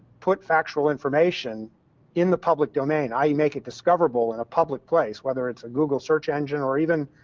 put factual information in the public domain, i e. make it discoverable in public place, whether it's google search engine or, even,